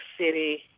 City